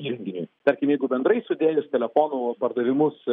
įrenginiui tarkim jeigu bendrai sudėjus telefonų pardavimus